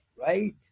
Right